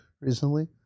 recently